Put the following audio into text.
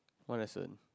what lesson